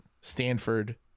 Stanford